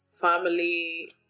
family